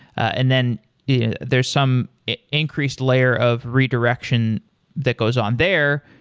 and then yeah there's some increased layer of redirection that goes on there.